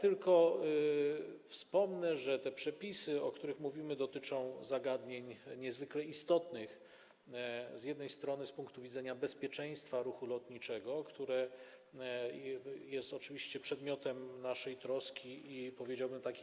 Tylko wspomnę, że te przepisy, o których mówimy, dotyczą zagadnień niezwykle istotnych: z jednej strony bezpieczeństwa ruchu lotniczego, które oczywiście jest przedmiotem naszej troski i